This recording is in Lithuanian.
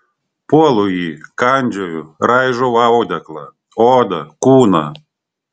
puolu jį kandžioju raižau audeklą odą kūną